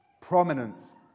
prominence